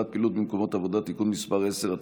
(הגבלת פעילות במקומות עבודה) (תיקון מס' 10),